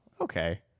okay